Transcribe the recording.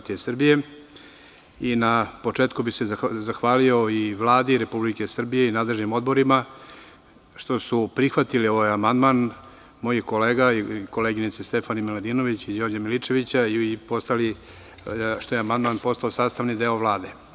Na početku bih se zahvalio i Vladi Republike Srbije i nadležnim odborima što su prihvatili ovaj amandman mojih kolega Stefane Miladinović i Đorđa Milićevića i što je amandman postao sastavni deo Vlade.